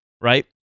right